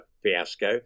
fiasco